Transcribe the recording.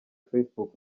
facebook